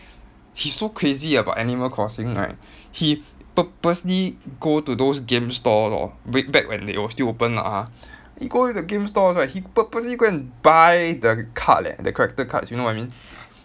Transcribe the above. he's so crazy about animal crossing right he purposely go to those game store lor back when they were still open lah ha he go to the game stores right he purposely go and buy the card leh the character cards you know what I mean